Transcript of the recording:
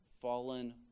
fallen